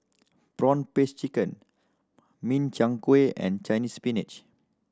prawn paste chicken Min Chiang Kueh and Chinese Spinach